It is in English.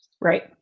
Right